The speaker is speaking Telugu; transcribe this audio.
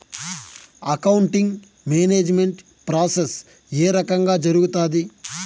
అకౌంటింగ్ మేనేజ్మెంట్ ప్రాసెస్ ఏ రకంగా జరుగుతాది